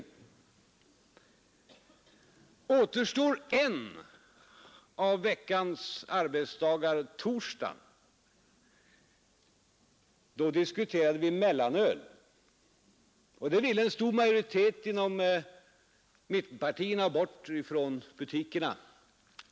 Under den återstående av förra veckans arbetsdagar, torsdagen, diskuterade vi mellanöl, som en stor majoritet inom mittenpartierna ville ha bort från butikerna.